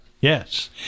Yes